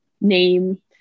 name